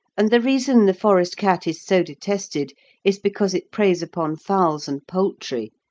and the reason the forest cat is so detested is because it preys upon fowls and poultry,